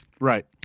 Right